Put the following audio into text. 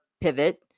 pivot